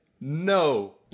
no